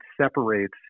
separates